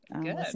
good